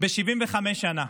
ב-75 שנה.